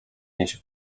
niesie